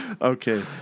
Okay